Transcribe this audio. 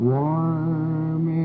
Warm